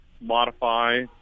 modify